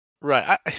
Right